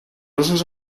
usos